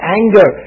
anger